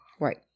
Right